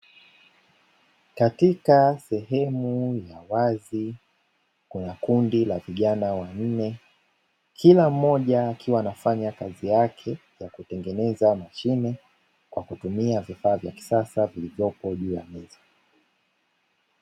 Katika sehemu ya wazi kuna kundi la vijana wanne kila mmoja akiwa anafanya kazi yake ya kutengeneza mashine kwa kutumia vifaa vya kisasa vilivyopo juu ya meza.